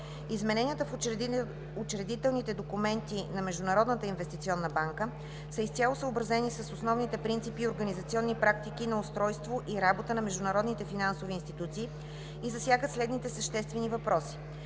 Измененията в учредителните документи на Международната инвестиционна банка са изцяло съобразени с основните принципи и организационни практики на устройство и работа на международните финансови институции и засягат следните съществени въпроси: